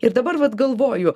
ir dabar vat galvoju